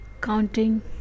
counting